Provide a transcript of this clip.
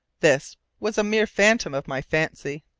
this was a mere phantom of my fancy!